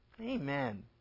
Amen